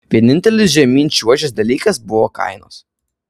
vienintelis žemyn čiuožęs dalykas buvo kainos